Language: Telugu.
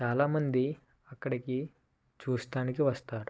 చాలామంది అక్కడికి చూడటానికి వస్తారు